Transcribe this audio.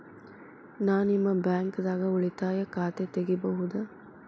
ನಾ ನಿಮ್ಮ ಬ್ಯಾಂಕ್ ದಾಗ ಉಳಿತಾಯ ಖಾತೆ ತೆಗಿಬಹುದ?